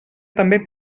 també